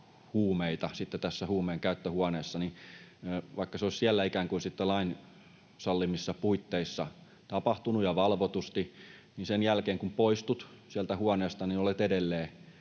huumeita huumeenkäyttöhuoneessa, niin vaikka se olisi siellä ikään kuin lain sallimissa puitteissa tapahtunut ja valvotusti, niin sen jälkeen kun poistut sieltä huoneesta, olet edelleen